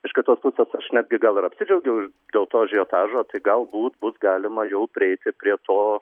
iš kitos pusės aš netgi gal ir apsidžiaugiau dėl to ažiotažo tai galbūt bus galima jau prieiti prie to